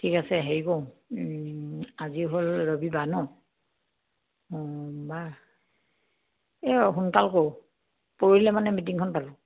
ঠিক আছে হেৰি কৰোঁ আজি হ'ল ৰবিবাৰ ন সোমবাৰ এই সোনকাল কৰোঁ পৰহিলে মানে মিটিংখন পাতো